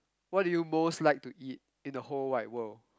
what do you most like to eat in the whole wide world